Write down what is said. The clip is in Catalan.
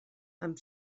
amb